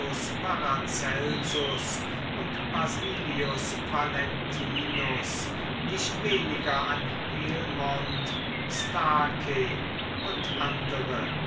paracelsus und basilius valentinus nicht weniger an helmont starkey und andere